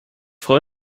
freue